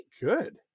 good